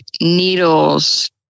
needles